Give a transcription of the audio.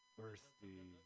Thirsty